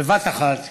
לפרוץ בבת אחת